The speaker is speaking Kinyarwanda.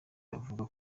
bavuga